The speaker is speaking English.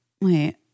Wait